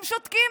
הם שותקים